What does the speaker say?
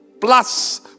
plus